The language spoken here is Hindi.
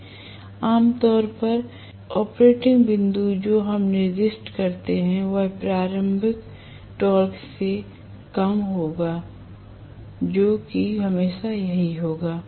इसलिए आम तौर पर ऑपरेटिंग बिंदु जो हम निर्दिष्ट करते हैं वह प्रारंभिक टॉर्क से कम होगा जो कि हमेशा यही होगा